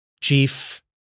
Chief